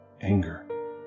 anger